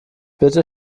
bitte